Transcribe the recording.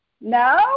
No